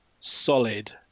solid